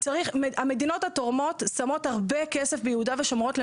המדינות התורמות, שמות הרבה כסף ביהודה ושומרון.